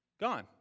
gone